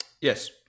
Yes